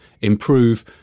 improve